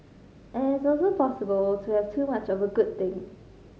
and it is also possible to have too much of a good thing